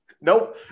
Nope